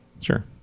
Sure